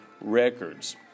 records